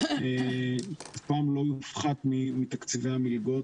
אף פעם לא יופחת מתקציבי המלגות.